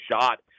shot